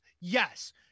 yes